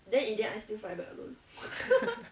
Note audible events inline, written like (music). (laughs)